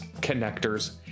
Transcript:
connectors